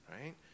right